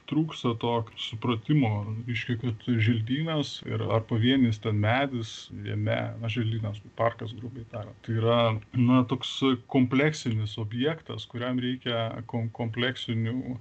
trūksta to supratimo reiškia kad želdynas ir ar pavienis medis jame atžalynas parkas grubiai tariant tai yra na toks kompleksinis objektas kuriam reikia kom kompleksinių